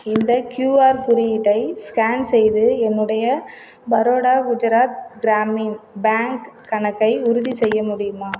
இந்த க்யூஆர் குறியீட்டை ஸ்கேன் செய்து என்னுடைய பரோடா குஜராத் கிராமின் பேங்க் கணக்கை உறுதிசெய்ய முடியுமா